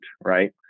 Right